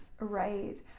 Right